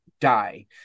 die